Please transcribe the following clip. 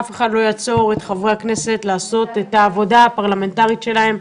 אף אחד לא יעצור את חברי הכנסת מלעשות את העבודה הפרלמנטרית שלהם,